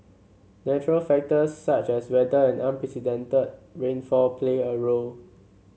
natural factors such as weather and unprecedented rainfall play a role